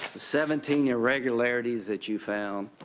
the seventeen irregularities that you found,